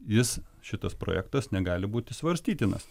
jis šitas projektas negali būti svarstytinas